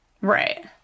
Right